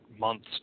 months